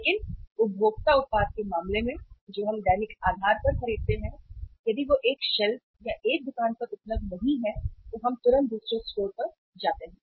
लेकिन उपभोक्ता उत्पाद के मामले में जो हम दैनिक आधार पर खरीदते हैं यदि वह एक शेल्फ या एक दुकान पर उपलब्ध नहीं है तो हम तुरंत दूसरे स्टोर पर जाते हैं